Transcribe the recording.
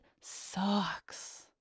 sucks